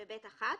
ו-(ב1)